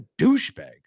douchebag